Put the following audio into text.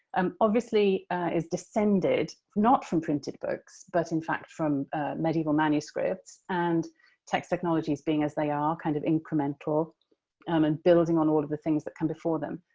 um obviously is descended not from printed books but in fact from medieval manuscripts. and text technologies, being as they are kind of incremental um and building on all of the things that come before them,